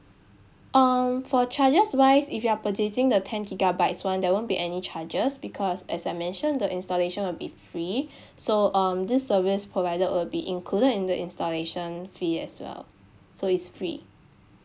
um for charges wise if you are purchasing the ten gigabytes one there won't be any charges because as I mentioned the installation will be free so um this service provided will be included in the installation fee as well so it's free